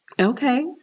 okay